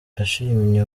yashimye